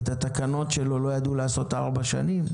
ואת התקנות שלו לא ידעו לעשות ארבע שנים?